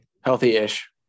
Healthy-ish